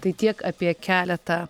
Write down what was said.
tai tiek apie keletą